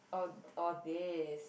oh all these